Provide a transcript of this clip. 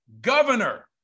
Governor